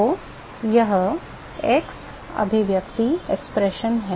तो वह ex अभिव्यक्ति है